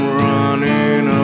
running